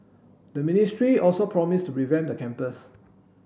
the ministry also promised to revamp the campus